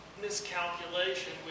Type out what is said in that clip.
miscalculation